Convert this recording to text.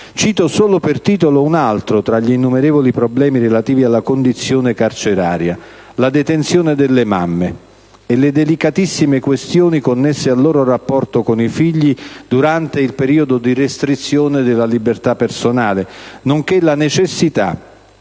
Cito solo per titolo un altro tra gli innumerevoli problemi relativi alla condizione carceraria: la detenzione delle mamme e le delicatissime questioni connesse al loro rapporto con i figli durante il periodo di restrizione della libertà personale, nonché la necessità